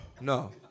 No